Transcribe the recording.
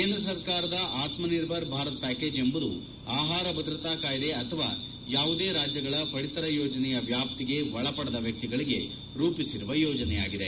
ಕೇಂದ್ರ ಸರ್ಕಾರದ ಆತ್ನ ನಿರ್ಭರ ಭಾರತ್ ಪ್ಯಾಕೇಜ್ ಎಂಬುದು ಆಹಾರ ಭದ್ರತಾ ಕಾಯ್ದೆ ಅಥವಾ ಯಾವುದೇ ರಾಜ್ಯಗಳ ಪಡಿತರ ಯೋಜನೆಯ ವ್ಯಾಪ್ತಿಗೆ ಒಳಪಡದ ವ್ಯಕ್ತಿಗಳಿಗೆ ರೂಪಿಸಿರುವ ಯೋಜನೆಯಾಗಿದೆ